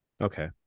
Okay